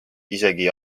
isegi